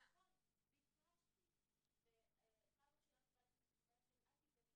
בחוץ ואני אגדיר לך